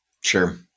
sure